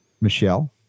Michelle